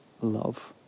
love